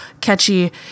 catchy